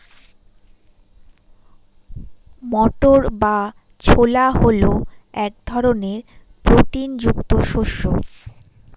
মটর বা ছোলা হল এক ধরনের প্রোটিন যুক্ত শস্য